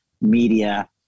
media